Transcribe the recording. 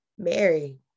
Mary